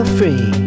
free